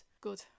good